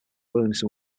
williamson